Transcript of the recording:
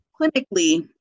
clinically